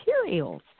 materials